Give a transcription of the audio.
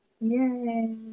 Yay